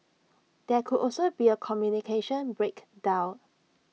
there could also be A communication breakdown